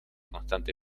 constante